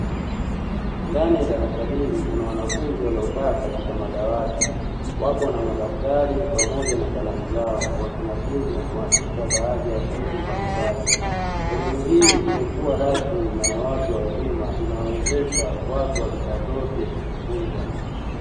Ndani ya darasa hili kuna wanafunzi waliokaa katika madawati, wapo na madaftari pamoja na kalamu zao wakinakili na kuandika baadhi ya vitu mbalimbali; elimu hii isiyokuwa rasmi na ya watu wazima inawawezesha watu wa rika zote kujifunza.